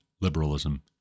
liberalism